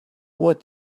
what